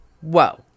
whoa